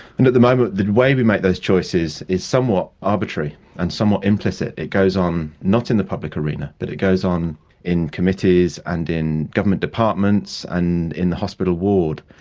and at the moment the way we make those choices is somewhat arbitrary and somewhat implicit. it goes on not in the public arena but it goes on in committees and in government departments and in the hospital ward,